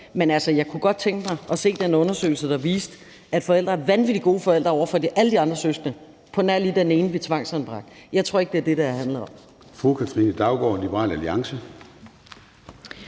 jeg kunne godt tænke mig at se den undersøgelse, der viste, at forældre er vanvittig gode forældre over for alle de andre søskende, på nær lige den ene, vi tvangsanbragte. Jeg tror ikke, det er det, det har handlet om.